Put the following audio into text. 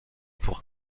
pour